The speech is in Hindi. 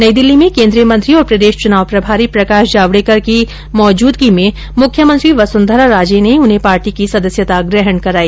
नई दिल्ली में केन्द्रीय मंत्री और प्रदेश चुनाव प्रभारी प्रकाश जावडेकर की मौजूदगी में मुख्यमंत्री वसुंधरा राजे ने उन्हें पार्टी की सदस्यता ग्रहण कराई